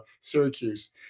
Syracuse